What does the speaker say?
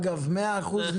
אגב, 100% נמכר.